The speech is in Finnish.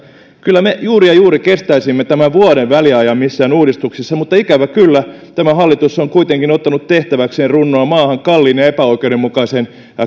kyllä me juuri ja juuri kestäisimme tämän vuoden väliajan missään uudistuksissa mutta ikävä kyllä tämä hallitus on kuitenkin ottanut tehtäväkseen runnoa maahan kalliin ja epäoikeudenmukaisen